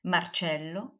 Marcello